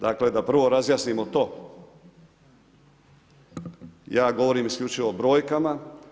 Dakle, da prvo razjasnimo to, ja govorim isključivo brojkama.